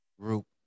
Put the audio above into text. group